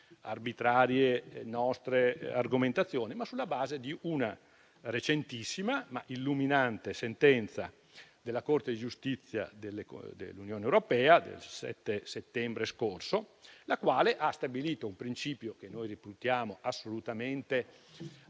arbitrarie argomentazioni, ma di una recentissima ma illuminante sentenza della Corte di giustizia dell'Unione europea del 7 settembre scorso. Tale sentenza ha stabilito un principio che noi reputiamo assolutamente